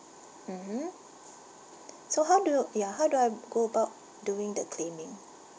mmhmm so how do ya how do I go about doing the claiming